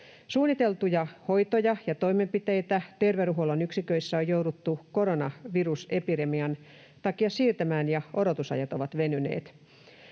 Suunniteltuja hoitoja ja toimenpiteitä terveydenhuollon yksiköissä on jouduttu koronavirusepidemian takia siirtämään ja odotusajat ovat venyneet.